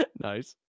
Nice